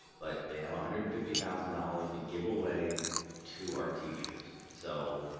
but they have a hundred and fifty thousand dollars to give away to our teachers. so